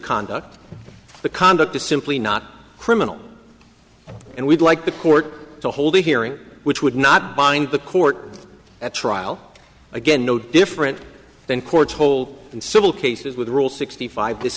conduct the conduct is simply not criminal and we'd like the court to hold a hearing which would not bind the court at trial again no different than courts hole in civil cases with a rule sixty five this